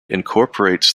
incorporates